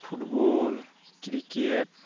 football cricket